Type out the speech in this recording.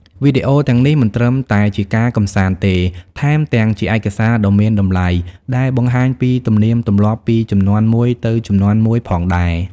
វីដេអូទាំងនេះមិនត្រឹមតែជាការកម្សាន្តទេ ថែមទាំងជាឯកសារដ៏មានតម្លៃដែលបង្ហាញពីទំនៀមទម្លាប់ពីជំនាន់មួយទៅជំនាន់មួយផងដែរ។